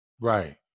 Right